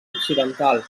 occidental